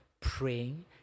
praying